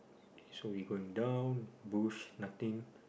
so we going down bush nothing